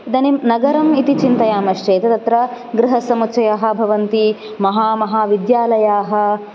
इदानीं नगरम् इति चिन्तयामः चेद् तत्र गृहसमुच्चयः भवन्ति महा महाविद्यालयाः